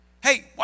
Hey